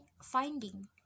finding